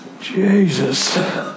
Jesus